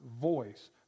voice